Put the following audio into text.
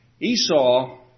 Esau